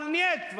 אבל, "נייט".